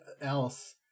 else